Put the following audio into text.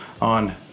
on